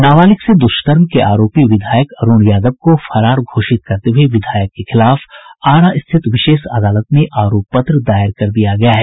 नाबालिग से द्वष्कर्म के आरोपी विधायक अरूण यादव को फरार घोषित करते हये विधायक के खिलाफ आरा स्थित विशेष अदालत में आरोप पत्र दायर कर दिया गया है